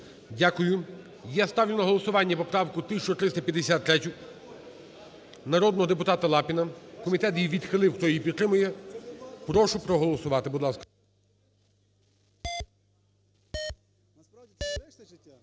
Дякую. Я ставлю на голосування поправку 1353 народного депутата Лапіна. Комітет її відхилив. Хто її підтримує, прошу проголосувати. Будь ласка.